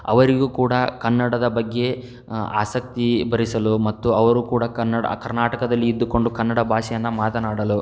ಅವರಿಗೂ ಕೂಡ ಕನ್ನಡದ ಬಗ್ಗೆ ಆಸಕ್ತಿ ಭರಿಸಲು ಮತ್ತು ಅವರು ಕೂಡ ಕನ್ನಡ ಕರ್ನಾಟಕದಲ್ಲಿ ಇದ್ದುಕೊಂಡು ಕನ್ನಡ ಭಾಷೆಯನ್ನು ಮಾತನಾಡಲು